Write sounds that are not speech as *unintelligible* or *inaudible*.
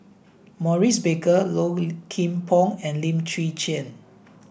Maurice Baker Low *unintelligible* Kim Pong and Lim Chwee Chian